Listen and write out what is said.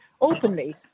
openly